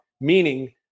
meaning